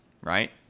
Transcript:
right